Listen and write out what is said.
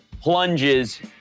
plunges